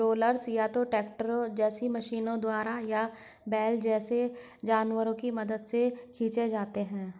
rollers या तो tractor जैसे मशीनों द्वारा या बैल जैसे जानवरों की मदद से खींचे जाते हैं